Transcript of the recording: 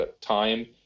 time